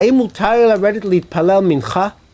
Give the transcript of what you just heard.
אין מותר על הרדת להתפלל מנחה?